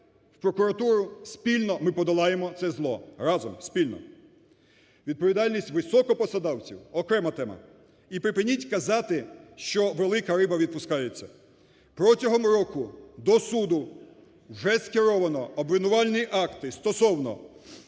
в прокуратуру, спільно ми подолаємо це зло, разом, спільно. Відповідальність високопосадовців окрема тема. І припиніть казати, що "велика риба" відпускається. Протягом року до суду вже скеровано обвинувальні акти стосовно